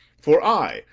for i,